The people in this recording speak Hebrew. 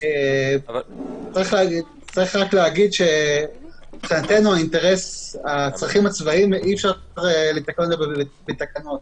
צריך רק להגיד שמבחינתנו את הצרכים הצבאיים אי אפשר לתקן בתקנות.